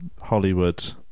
Hollywood